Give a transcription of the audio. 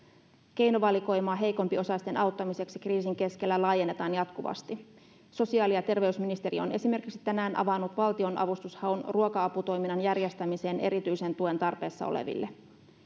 keinovalikoimaa heikompiosaisten auttamiseksi kriisin keskellä laajennetaan jatkuvasti sosiaali ja terveysministeriö on tänään esimerkiksi avannut valtionavustushaun ruoka aputoiminnan järjestämiseen erityisen tuen tarpeessa oleville